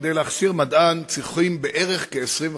כדי להכשיר מדען צריך בערך 25 שנה.